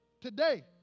today